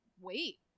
wait